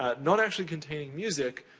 ah not actually containing music,